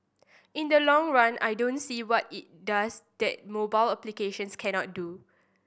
in the long run I don't see what it does that mobile applications cannot do